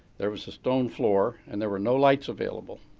there was a stone floor and there were no lights available,